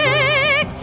Six